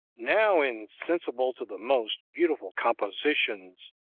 now insensible to the most beautiful compositions,